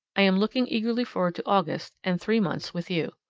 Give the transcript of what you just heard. i am looking eagerly forward to august and three months with you.